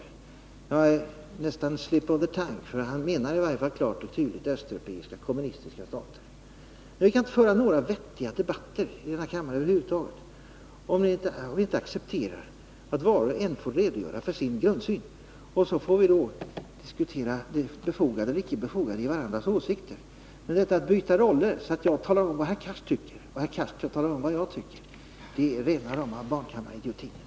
Det var väl närmast en slip of the tongue — han menade uppenbarligen östeuropeiska, kommunistiska stater. Vi kan över huvud taget inte föra några vettiga debatter här i kammaren om vi inte accepterar att var och en själv får redogöra för sin grundsyn och sedan diskuterar det befogade och icke befogade i varandras åsikter. Men att byta roller så att jag talar om vad herr Cars tycker och herr Cars talar om vad jag tycker är rena rama barnkammaridiotin!